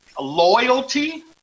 loyalty